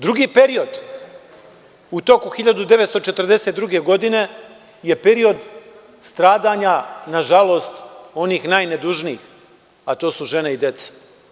Drugi period, u toku 1942. godine je period stradanja, nažalost, onih najnedužnijih, a to su žene i deca.